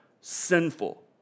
sinful